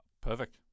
Perfect